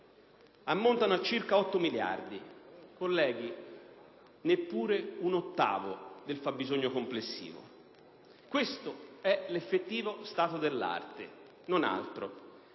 ammontano a circa 8 miliardi di euro pari, colleghi, neppure ad un ottavo del fabbisogno complessivo. Questo è l'effettivo stato dell'arte, non altro.